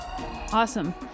Awesome